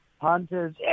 Hunters